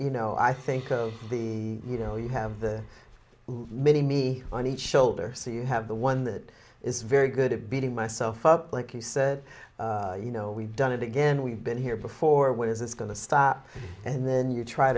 you know i think of the you know you have the rainy me on each shoulder so you have the one that is very good at beating myself up like you said you know we've done it again we've been here before when is this going to stop and then you try